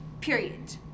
period